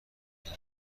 نگاه